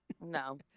No